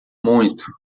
muito